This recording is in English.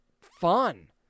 fun